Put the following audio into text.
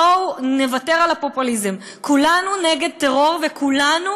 בואו נוותר על הפופוליזם: כולנו נגד טרור וכולנו